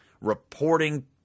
reporting